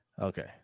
Okay